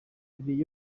mbere